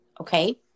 okay